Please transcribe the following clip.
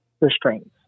restraints